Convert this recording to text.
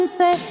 say